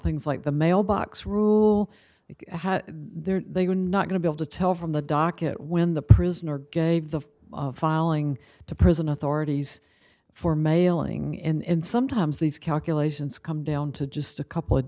things like the mailbox rule how they're not going to be able to tell from the docket when the prisoner gave the filing to prison authorities for mailing in sometimes these calculations come down to just a couple of